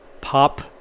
pop